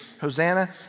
Hosanna